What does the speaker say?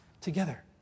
together